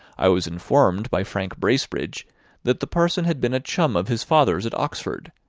i was informed by frank bracebridge that the parson had been a chum of his father's at oxford,